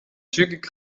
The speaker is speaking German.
zügig